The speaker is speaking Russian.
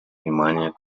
внимание